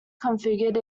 configured